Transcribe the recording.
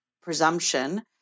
presumption